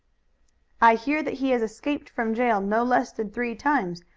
i hear that he has escaped from jail no less than three times.